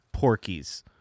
porkies